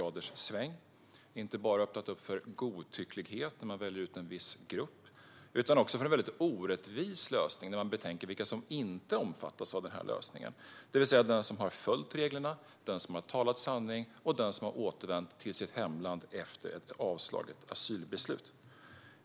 Man har inte bara öppnat för godtycke, där man väljer ut en viss grupp, utan också för en mycket orättvis lösning, om man betänker vilka som inte omfattas av den - det vill säga de som har följt reglerna, talat sanning eller återvänt till sitt hemland efter ett avslag på asylansökan.